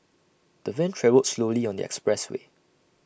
the van travelled slowly on the expressway